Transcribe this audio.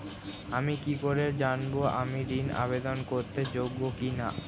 আমি কি করে জানব আমি ঋন আবেদন করতে যোগ্য কি না?